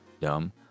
dumb